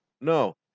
No